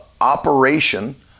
operation